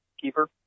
keeper